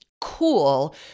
cool